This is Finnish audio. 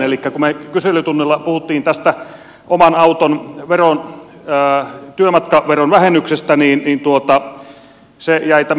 elikkä kun me kyselytunnilla puhuimme oman auton työmatkaveron vähennyksestä niin tämä asia jäi vähän kesken